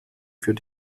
für